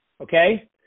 okay